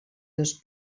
dos